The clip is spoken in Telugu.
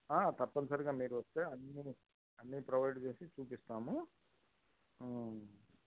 తప్పని సరిగా మీరు వస్తే అన్నీ అన్నీ ప్రొవైడ్ చేసి చూపిస్తాము